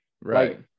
Right